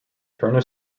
turner